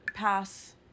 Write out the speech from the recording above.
Pass